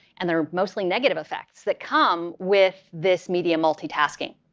and they're mostly negative effects that come with this media multitasking.